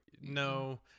No